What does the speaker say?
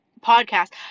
podcast